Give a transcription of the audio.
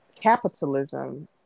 capitalism